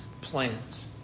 plans